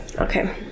Okay